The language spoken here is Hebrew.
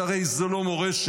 כי הרי זו לא מורשת,